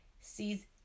sees